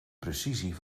precisie